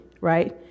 right